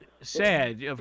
sad